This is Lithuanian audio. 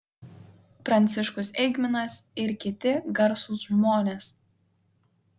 pranciškus eigminas ir kiti garsūs žmonės